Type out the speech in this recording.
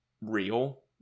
real